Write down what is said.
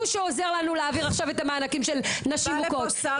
שעוזר לנו עכשיו להעביר מענקים של נשים מוכות.